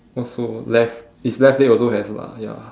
also left his left leg also has lah ya